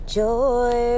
joy